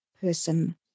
person